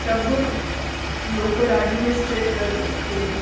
सभु local administrator खे